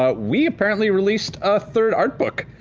ah we apparently released a third art book,